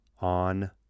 on